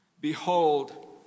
Behold